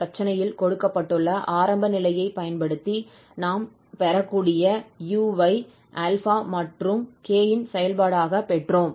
கணக்கில் கொடுக்கப்பட்டுள்ள u𝑥 0 𝑓 𝑥 என்ற ஆரம்ப நிலையை பயன்படுத்தி நாம் பெறக்கூடிய u ஐ 𝛼 மற்றும் t ஐ கொண்ட c e k2t இன் சார்பாகப் பெற்றோம்